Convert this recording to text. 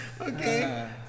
Okay